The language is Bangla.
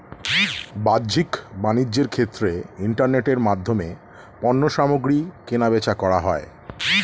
বাহ্যিক বাণিজ্যের ক্ষেত্রে ইন্টারনেটের মাধ্যমে পণ্যসামগ্রী কেনাবেচা করা হয়